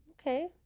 Okay